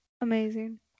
Amazing